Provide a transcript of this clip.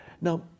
Now